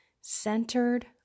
centered